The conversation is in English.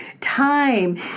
time